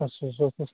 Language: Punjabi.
ਅੱਛਾ ਅੱਛਾ